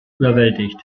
überwältigt